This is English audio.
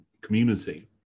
community